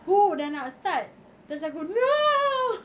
!woo! dah nak start terus aku no